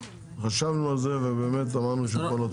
חשבנו על זה ובאמת אמרנו שלא צריך.